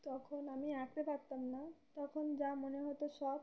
তখন আমি আঁকতে পারতাম না যখন যা মনে হতো সব